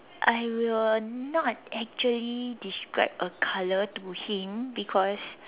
I will not actually describe a color to him because